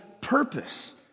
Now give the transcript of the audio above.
purpose